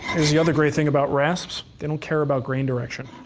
here's the other great thing about rasps. they don't care about grain direction.